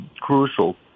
crucial